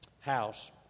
house